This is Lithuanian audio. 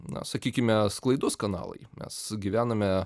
na sakykime sklaidos kanalai mes gyvename